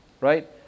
right